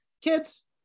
Kids